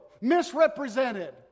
Misrepresented